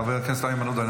חבר הכנסת איימן עודה,